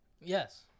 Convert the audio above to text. Yes